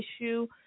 issue